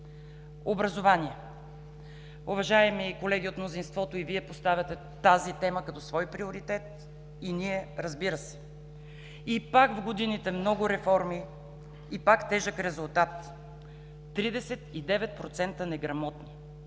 Образование. Уважаеми колеги от мнозинството, и Вие поставяте тази тема като свой приоритет, и ние, разбира се. И пак в годините много реформи, и пак тежък резултат – 39% неграмотни.